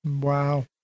Wow